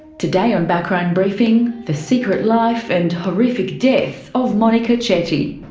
today on background briefing, the secret life and horrific death of monika chetty.